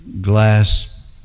glass